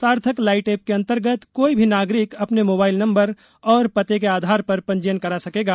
सार्थक light app के अंतर्गत कोई भी नागरिक अपने मोबाइल नम्बर और पते के आधार पर पंजीयन करा सकेगा